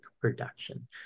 production